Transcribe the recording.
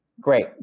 Great